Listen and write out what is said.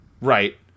Right